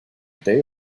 day